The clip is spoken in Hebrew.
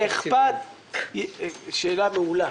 שאלה מעולה.